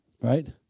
right